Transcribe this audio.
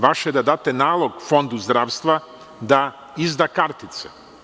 Vaše je da date nalog Fondu zdravstva da izda kartice.